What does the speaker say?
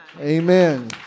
Amen